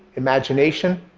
imagination,